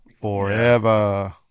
forever